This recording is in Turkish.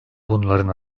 bunların